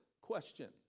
Question